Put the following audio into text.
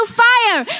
fire